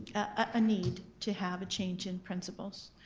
a need to have a change in principals.